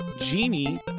Genie